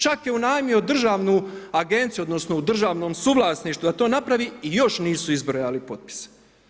Čak je unajmio državnu agenciju, odnosno u državnom suvlasništvu da to napravi i još nisu izbrojali potpise.